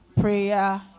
prayer